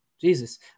jesus